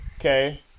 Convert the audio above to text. Okay